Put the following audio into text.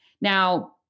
Now